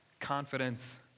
confidence